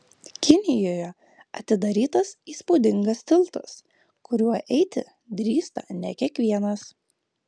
kinijoje atidarytas įspūdingas tiltas kuriuo eiti drįsta ne kiekvienas